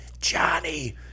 Johnny